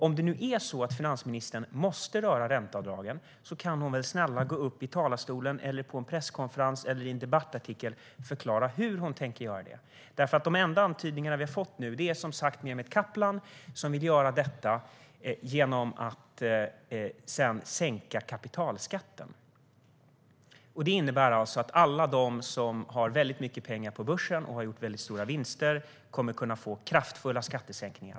Om finansministern måste röra ränteavdragen kan hon väl, snälla, i talarstolen, på en presskonferens eller i en debattartikel förklara hur hon tänker göra det. De enda antydningar vi har fått är att Mehmet Kaplan vill göra detta genom att sänka kapitalskatten. Det innebär att alla de som har mycket pengar på börsen och har gjort stora vinster kommer att få kraftiga skattesänkningar.